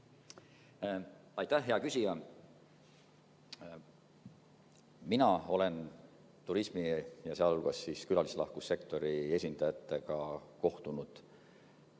Aitäh, hea küsija! Mina olen turismi‑ ja sealhulgas külalislahkussektori esindajatega kohtunud